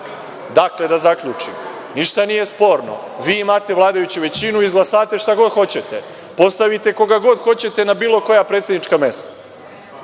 dan. Dakle, da zaključim, ništa nije sporno, vi imate vladajuću većinu da izglasate šta god hoćete. Postavite koga god hoćete na bilo koja predsednička mesta,